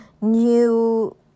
new